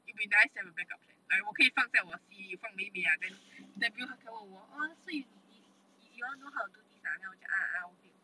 it will be nice to have a backup plan like 我可以放在我的 C_V 放美美 ah then interview then 他问我 oh sweet 你你 you all know how to do this ah then 我讲 ah ah okay okay